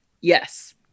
Yes